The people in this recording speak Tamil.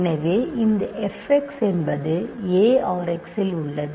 எனவே இந்த f x என்பது a R x இல் உள்ளது